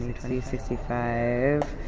twenty sixty five,